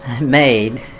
made